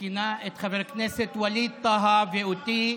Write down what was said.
וכינה את חבר הכנסת ווליד טאהא ואותי,